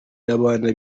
y’abana